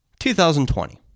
2020